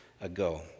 ago